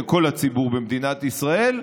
לכל הציבור במדינת ישראל,